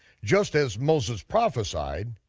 just as moses prophesied,